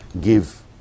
give